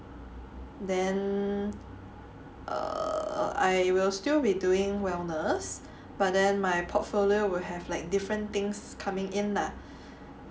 then err I will still be doing wellness but then my portfolio will have like different things coming in lah